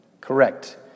Correct